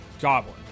Goblin